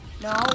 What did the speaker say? No